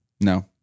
No